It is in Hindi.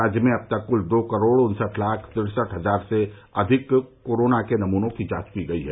राज्य में अब तक कूल दो करोड़ उन्सठ लाख तिरसठ हजार से अधिक कोरोना के नमूनों की जांच की गई है